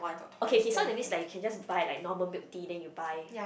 okay kay so that means like you can just buy like normal milk tea then you buy